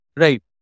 Right